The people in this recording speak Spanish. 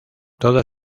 toda